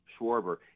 Schwarber